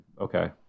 okay